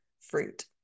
fruit